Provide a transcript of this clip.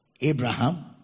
Abraham